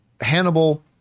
Hannibal